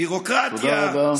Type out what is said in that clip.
תודה רבה.